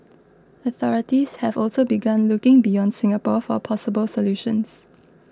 authorities have also begun looking beyond Singapore for possible solutions